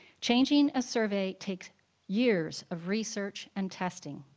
changing a survey takes years of research and testing.